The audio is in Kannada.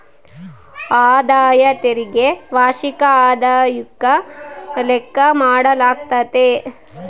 ಆದಾಯ ತೆರಿಗೆ ವಾರ್ಷಿಕ ಆದಾಯುಕ್ಕ ಲೆಕ್ಕ ಮಾಡಾಲಾಗ್ತತೆ